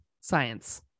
science